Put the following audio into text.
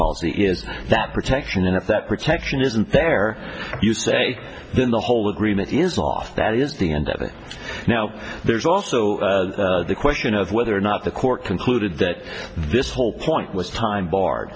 policy is that protection and if that protection isn't there you say then the whole agreement is off that is the end of it now there's also the question of whether or not the court concluded that this whole point was time bar